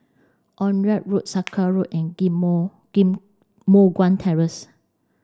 Onraet Road Sakra Road and Give Moh Give Moh Guan Terrace